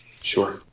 Sure